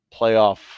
playoff